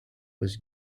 was